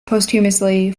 posthumously